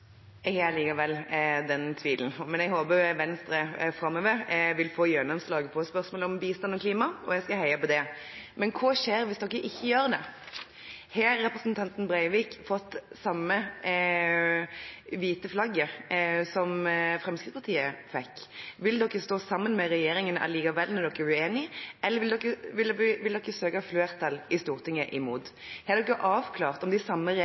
eg sa, ein rausare, grønare og meir sosialliberal politikk. Jeg har likevel den tvilen, men jeg håper at Venstre framover vil få gjennomslag i spørsmål om bistand og klima, og det skal jeg heie på. Men hva skjer hvis de ikke gjør det? Har representanten Breivik fått det samme hvite flagget som Fremskrittspartiet fikk? Vil Venstre likevel stå sammen med regjeringen når de er uenig, eller vil de søke flertall i Stortinget imot den? Har Venstre avklart om